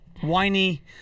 whiny